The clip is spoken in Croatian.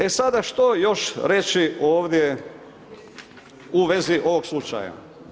E sada što još reći ovdje u vezi ovog slučaja?